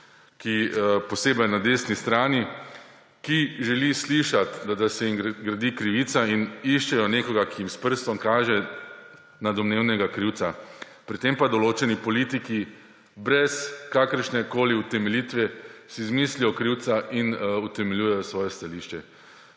posebej na desni strani, ki želi slišati, da se jim gradi krivica, in iščejo nekoga, ki jim s prstom kaže na domnevnega krivca, pri tem pa si določeni politiki brez kakršnekoli utemeljitve izmislijo krivca in utemeljujejo svoje stališče.